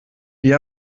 ihr